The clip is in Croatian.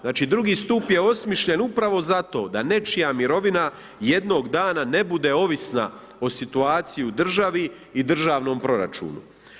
Znači II. stup je osmišljen upravo za to, da nečija mirovina jednog dana ne bude ovisna o situaciji u državi i državnom proračunu.